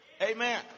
Amen